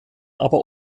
aber